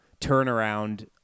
turnaround